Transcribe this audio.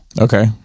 Okay